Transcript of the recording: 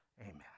amen